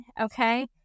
okay